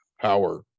power